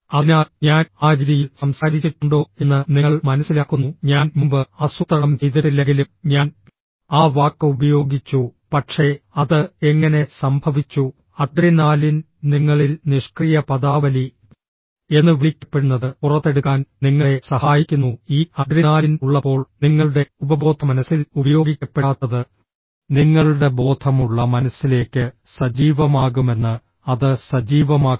അതിനാൽ ഞാൻ ആ രീതിയിൽ സംസാരിച്ചിട്ടുണ്ടോ എന്ന് നിങ്ങൾ മനസ്സിലാക്കുന്നു ഞാൻ മുമ്പ് ആസൂത്രണം ചെയ്തിട്ടില്ലെങ്കിലും ഞാൻ ആ വാക്ക് ഉപയോഗിച്ചു പക്ഷേ അത് എങ്ങനെ സംഭവിച്ചു അഡ്രിനാലിൻ നിങ്ങളിൽ നിഷ്ക്രിയ പദാവലി എന്ന് വിളിക്കപ്പെടുന്നത് പുറത്തെടുക്കാൻ നിങ്ങളെ സഹായിക്കുന്നു ഈ അഡ്രിനാലിൻ ഉള്ളപ്പോൾ നിങ്ങളുടെ ഉപബോധമനസ്സിൽ ഉപയോഗിക്കപ്പെടാത്തത് നിങ്ങളുടെ ബോധമുള്ള മനസ്സിലേക്ക് സജീവമാകുമെന്ന് അത് സജീവമാക്കും